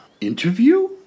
interview